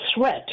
threat